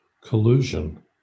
collusion